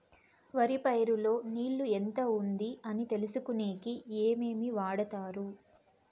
వరి పైరు లో నీళ్లు ఎంత ఉంది అని తెలుసుకునేకి ఏమేమి వాడతారు?